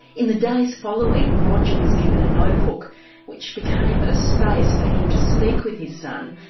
in the days following, roger was given a notebook which became a space for him to speak with his son,